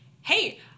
hey